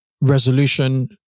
resolution